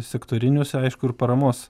sektoriniuose aišku ir paramos